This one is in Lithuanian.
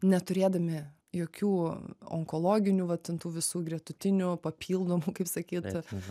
neturėdami jokių onkologinių va ten tų visų gretutinių papildomų kaip sakyt